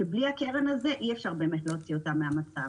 שבלי הקרן הזאת אי אפשר יהיה להוציא אותן מהמצב.